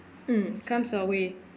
um comes our way